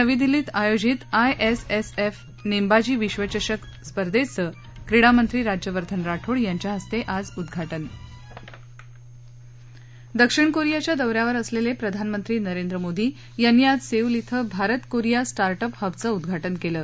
नवी दिल्लीत आयोजित आयएसएसएफ नेमबाजी विश्वचषक स्पर्धेचं क्रीडा मंत्री राज्यवर्धन राठोड यांच्या हस्ते आज उद्वाटन दक्षिण कोरियाच्या दौऱ्यावर असलक्षीप्रधानमंत्री नरेंद्र मोदी यांनी आज सक्तिल इथं भारत कोरिया स्टार्ट अप हबचं उद्घाटन कलि